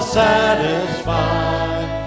satisfied